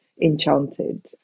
enchanted